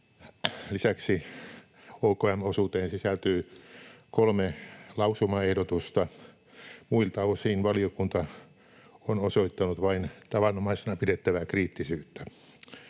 Lisäksi OKM-osuuteen sisältyy kolme lausumaehdotusta. Muilta osin valiokunta on osoittanut vain tavanomaisena pidettävää kriittisyyttä.